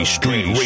Street